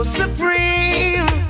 supreme